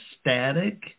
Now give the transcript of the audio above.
static